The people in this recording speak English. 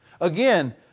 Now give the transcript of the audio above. Again